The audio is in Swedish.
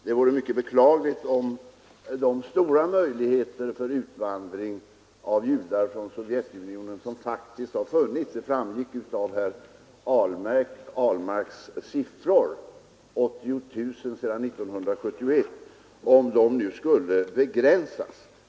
Det vore mycket beklagligt om de stora möjligheter för judar till utvandring från Sovjetunionen som faktiskt har funnits — det framgick av herr Ahlmarks siffror: 80 000 sedan 1971 — nu skulle begränsas.